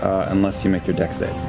unless you make your dex save.